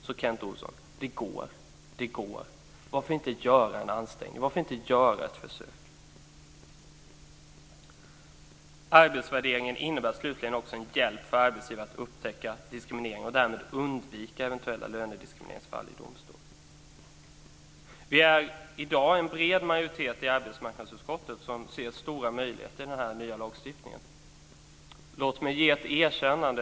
Så, Kent Olsson: Det går. Varför inte göra en ansträngning? Varför inte göra ett försök? Arbetsvärderingen innebär slutligen också en hjälp för arbetsgivare att upptäcka diskriminering och därmed undvika eventuella lönediskrimineringsfall i domstol. Det är i dag en bred majoritet i arbetsmarknadsutskottet som ser stora möjligheter i den nya lagstiftningen. Låt mig ge ett erkännande.